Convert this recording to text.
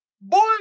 boy